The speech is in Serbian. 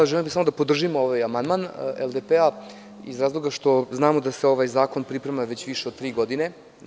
Mi želimo samo da podržimo ovaj amandman LDP iz razloga što znamo da se ovaj zakon priprema već više od tri godine.